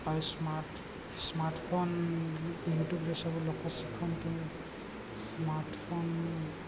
ଆଉ smart smart phone YouTube ହିଁ ସବୁ ଲୋକ ଶିଖନ୍ତି ସ୍ମାର୍ଟ ଫୋନ